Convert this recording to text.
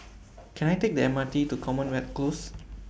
Can I Take The M R T to Commonwealth Close